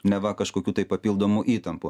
neva kažkokių tai papildomų įtampų